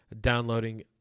downloading